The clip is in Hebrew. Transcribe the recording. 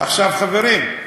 עכשיו, חברים,